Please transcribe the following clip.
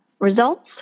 results